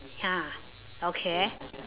ya okay